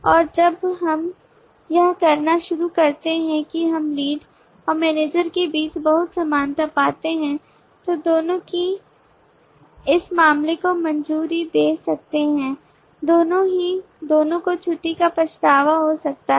और जब हम यह करना शुरू करते हैं कि हम लीड और मैनेजर के बीच बहुत समानता पाते हैं तो दोनों ही इस मामले को मंजूरी दे सकते हैं दोनों को छुट्टी का पछतावा हो सकता है